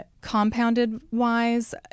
Compounded-wise